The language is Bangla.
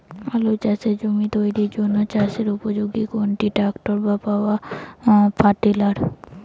আলু চাষের জমি তৈরির জন্য চাষের উপযোগী কোনটি ট্রাক্টর না পাওয়ার টিলার?